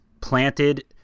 planted